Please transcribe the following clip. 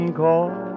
call